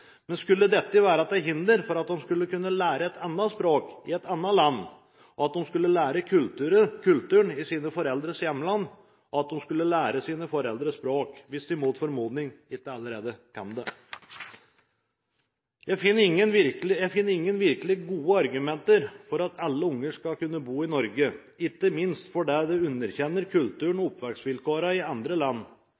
Men skulle dette være til hinder for at de skulle kunne lære et annet språk i et annet land, at de skulle kunne lære kulturen i sine foreldres hjemland, og at de skulle kunne lære sine foreldres språk, hvis de mot formodning ikke allerede kan det? Jeg finner ingen virkelig gode argumenter for at alle unger skal kunne bo i Norge, ikke minst fordi det underkjenner kulturen og